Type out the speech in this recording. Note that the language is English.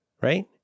right